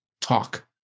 talk